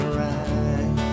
right